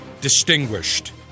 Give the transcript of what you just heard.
distinguished